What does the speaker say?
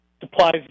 supplies